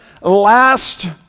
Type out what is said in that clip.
last